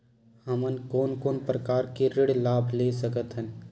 हमन कोन कोन प्रकार के ऋण लाभ ले सकत हन?